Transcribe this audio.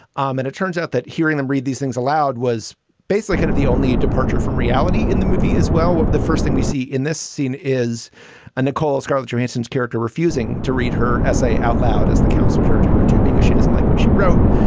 um and it turns out that hearing them read these things aloud was basically kind of the only departure from reality in the movie as well. the first thing we see in this scene is nicole scarlett, johansen's character, refusing to read her essay outloud as the counselor is urging her to because she doesn't like what she wrote.